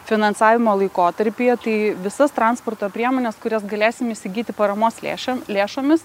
finansavimo laikotarpyje tai visas transporto priemones kurias galėsim įsigyti paramos lėšom lėšomis